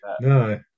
No